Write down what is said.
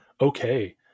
Okay